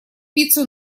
пиццу